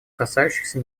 касающихся